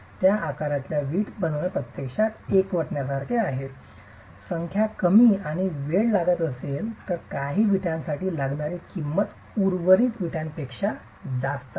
परंतु त्या आकारात वीट बनविणे प्रत्यक्षात एकवटण्यासारखे आहे संख्या कमी आणि वेळ लागेल आणि काही विटासाठी लागणारी किंमत उर्वरित विटांपेक्षा जास्त असेल